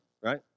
right